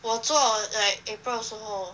我做 like april 的时候